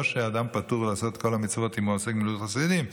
לא שאדם פטור מלעשות את כל המצוות אם הוא עושה גמילות חסדים,